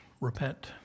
repent